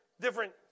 different